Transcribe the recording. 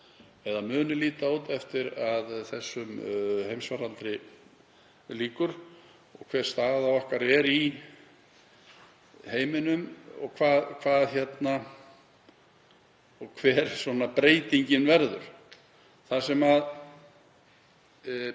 muni líta út eftir að þessum heimsfaraldri lýkur og hver staða okkar sé í heiminum og hver breytingin verði.